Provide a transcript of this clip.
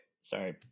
Sorry